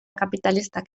kapitalistak